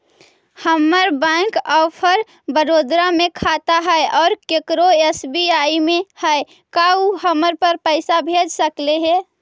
हमर bank of Baroda में खाता है और केकरो एस.बी.आई में है का उ हमरा पर पैसा भेज सकले हे?